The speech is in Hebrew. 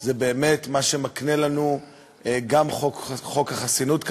זה באמת מה שמקנה לנו גם חוק החסינות,